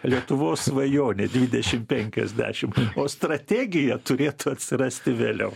lietuvos svajonė dvidešim penkiasdešim o strategija turėtų atsirasti vėliau